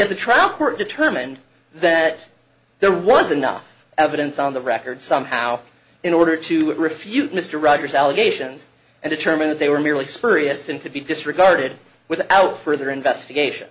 t the trial court determined that there was enough evidence on the record somehow in order to refute mr rogers allegations and determine that they were merely spurious and could be disregarded without further investigation